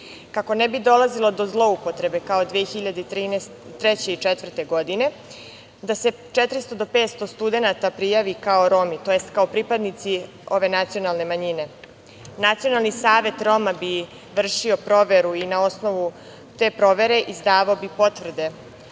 ne bi dolazilo do zloupotrebe kao 2003. i 2004. godine da se 400-500 studenata prijave kao Romi, tj. kao pripadnici ove nacionalne manjine, Nacionalni savet Roma bi vršio proveru i na osnovu te provere izdavao bi potvrde,